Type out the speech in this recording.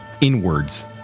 inwards